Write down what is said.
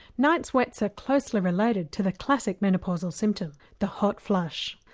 night sweats are closely related to the classic menopausal symptom, the hot flush.